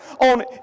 on